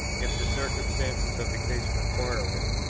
if the circumstances of the case require it,